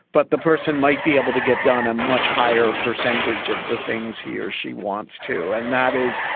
but the person might be able to get done a much higher percentage of the things he or she wants to. and that is.